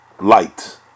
light